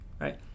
right